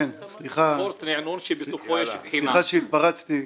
סליחה שהתפרצתי.